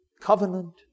covenant